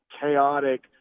chaotic